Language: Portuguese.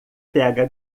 pega